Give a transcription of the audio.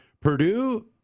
Purdue